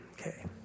Okay